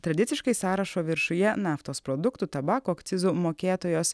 tradiciškai sąrašo viršuje naftos produktų tabako akcizo mokėtojos